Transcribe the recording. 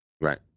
Right